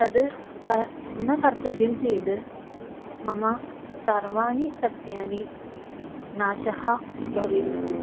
तत् कं न कर्तव्यं चेत् मम सर्वाणि सस्यानि नाशः भवेयुः